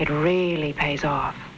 it really pays off